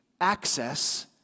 access